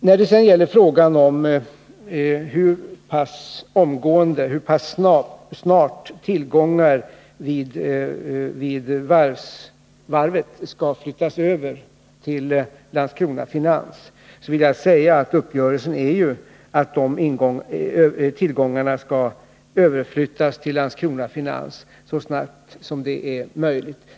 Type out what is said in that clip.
När det sedan gäller frågan om hur snart tillgångar vid varvet skall flyttas över till Landskrona Finans AB vill jag säga att uppgörelsen ju är att dessa tillgångar skall överflyttas till Landskrona Finans AB så snabbt som möjligt.